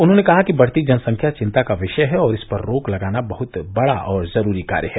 उन्होंने कहा कि बढ़ती जनसंख्या चिंता का विषय है और इस पर रोक लगाना बहत बड़ा और जरूरी कार्य है